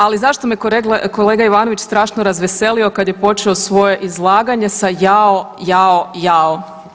Ali zašto me kolega Ivanović strašno razveselio kad je počeo svoje izlaganje sa jao, jao, jao?